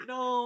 no